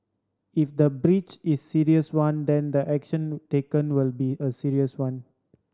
if the breach is serious one then the action taken will be a serious one